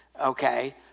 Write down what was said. okay